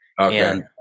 Okay